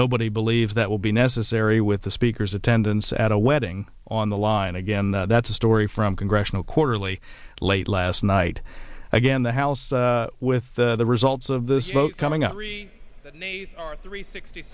nobody believes that will be necessary with the speaker's attendance at a wedding on the line again that's a story from congressional quarterly late last night again the house with the results of this vote coming up three sixty